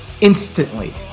instantly